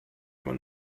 aber